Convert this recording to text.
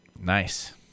Nice